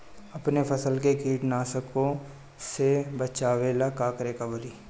अपने फसल के कीटनाशको से बचावेला का करे परी?